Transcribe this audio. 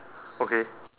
okay